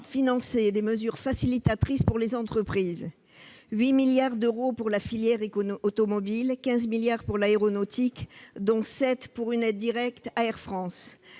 financer des mesures facilitatrices pour les entreprises : 8 milliards d'euros pour la filière automobile, 15 milliards d'euros pour l'aéronautique, dont 7 milliards d'euros d'aides directes à Air France.